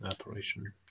operation